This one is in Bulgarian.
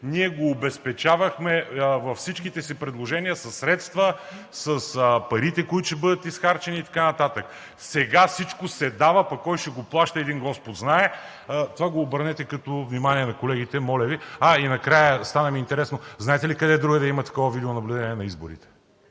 ние го обезпечавахме във всичките си предложения със средства – с парите, които ще бъдат изхарчени. Сега всичко се дава, пък кой ще го плаща един Господ знае. Обърнете внимание на колегите за това, моля Ви. Накрая, стана ми интересно, знаете ли къде другаде има такова видеонаблюдение на изборите?